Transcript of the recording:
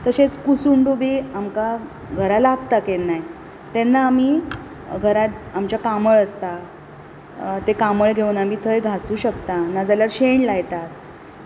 तशेंच कुसुंडो बी आमकां घरा लागता केन्नाय तेन्ना आमी घरांत आमच्या कांबळ आसता ते कांबळ घेवन आमी थंय घासूं शकता नाजाल्यार शेण लायतात